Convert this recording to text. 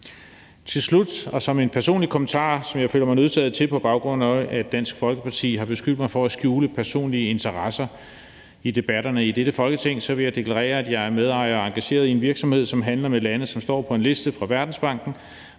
Til slut og som en personlig kommentar, som jeg føler mig nødsaget til at komme med, på baggrund af at Dansk Folkeparti har beskyldt mig for at skjule personlige interesser i debatterne i dette Folketing, vil jeg deklarere, at jeg er medejer af og engageret i en virksomhed, som handler med lande, som står på en liste hos Verdensbanken